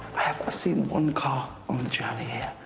i haven't seen one car on the journey here.